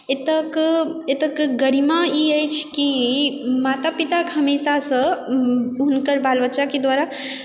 एतैके एतैके गरिमा ई अछि कि माता पिताके हमेशासंँ हुनकर बाल बच्चाकेँ द्वारा